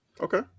Okay